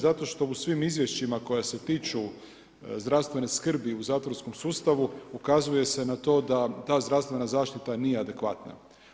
Zato što u svim izvješćima koja se tiču zdravstvene skrbi u zatvorskom sustavu, ukazuje se na to da ta zdravstvena zaštita nije adekvatna.